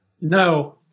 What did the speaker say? No